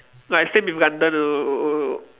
like same with also also